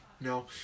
No